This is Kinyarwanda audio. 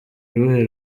uruhe